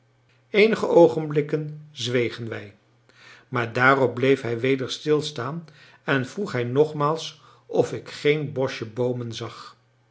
eenige oogenblikken zwegen wij maar daarop bleef hij weder stilstaan en vroeg hij nogmaals of ik geen boschje boomen zag